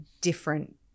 different